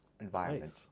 environment